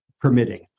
permitting